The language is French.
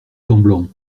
semblant